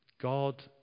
God